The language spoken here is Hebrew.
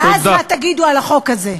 ואז מה תגידו על החוק הזה?